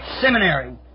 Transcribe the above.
Seminary